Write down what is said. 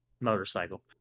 motorcycle